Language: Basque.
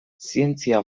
zientzia